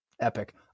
epic